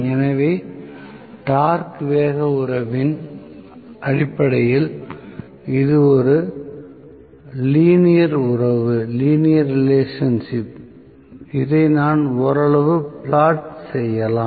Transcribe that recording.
எனவே டார்க் வேக உறவின் அடிப்படையில் இது ஒரு லீனியர் உறவு இதை நான் ஓரளவு பிளாட் செய்யலாம்